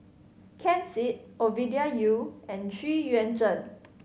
Ken Seet Ovidia Yu and Xu Yuan Zhen